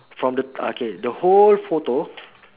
from the ah K the whole photo